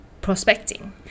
prospecting